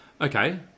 okay